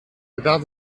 without